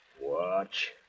Watch